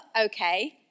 okay